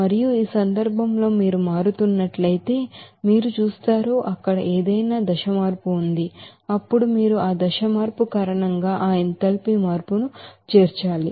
మరియు ఈ సందర్భంలో మీరు మారుతున్నట్లయితే మీరు చూస్తున్నారు అక్కడ ఏదైనా దశ మార్పు ఉంది అప్పుడు మీరు ఆ దశ మార్పు కారణంగా ఆ ఎంథాల్పీ మార్పును చేర్చాలి